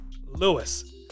Lewis